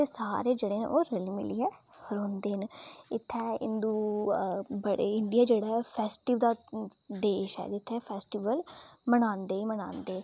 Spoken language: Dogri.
ते सारे जनें रली मिलियै रौहंदे न इत्थै इंडिया जेह्ड़ा ऐ फेस्टिवल दा देश ऐ जित्थै फेस्टिवल मनांदे ई मनांदे